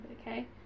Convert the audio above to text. okay